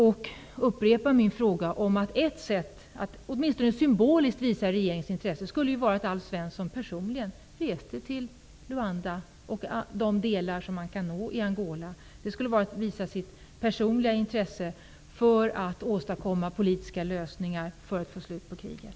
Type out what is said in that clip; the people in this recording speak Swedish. Och jag vill upprepa att ett sätt att åtminstone symboliskt visa regeringens intresse vore att Alf Svensson personligen reste till Luanda och de delar man kan nå i Angola. Det vore ett sätt att visa sitt personliga intresse för att åstadkomma politiska lösningar för att få slut på kriget.